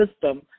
system